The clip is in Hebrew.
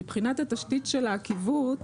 מבחינת התשתית של העקיבות,